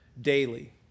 daily